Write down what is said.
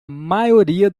maioria